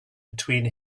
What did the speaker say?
between